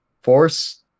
Force